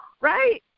Right